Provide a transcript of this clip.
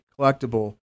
collectible